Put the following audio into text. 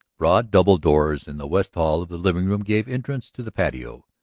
broad double doors in the west wall of the living-room gave entrance to the patio.